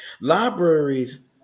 libraries